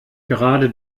gerade